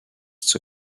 zur